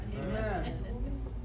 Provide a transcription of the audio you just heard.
Amen